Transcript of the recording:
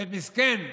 ומסכן,